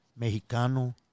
Mexicano